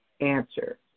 answer